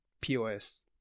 POS